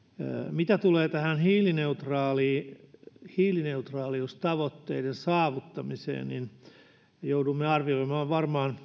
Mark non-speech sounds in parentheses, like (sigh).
mitä tulee tähän hiilineutraaliustavoitteiden hiilineutraaliustavoitteiden saavuttamiseen niin joudumme varmaan (unintelligible)